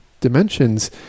dimensions